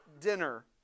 dinner